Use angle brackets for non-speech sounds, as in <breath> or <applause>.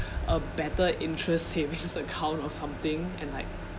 <breath> a better interest savings account or something and like